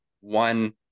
one